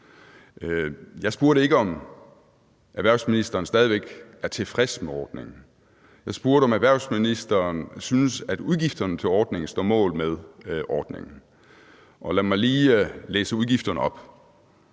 Jeg spurgte ikke, om erhvervsministeren stadig væk var tilfreds med ordningen. Jeg spurgte, om erhvervsministeren synes, at udgifterne til ordningen står mål med ordningen, og lad mig lige læse udgifterne op: